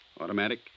automatic